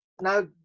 Now